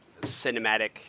cinematic